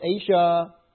Asia